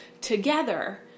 together